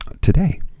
today